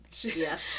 Yes